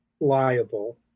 liable